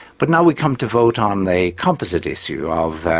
but now we come to vote on the composite issue of,